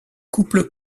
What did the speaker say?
couple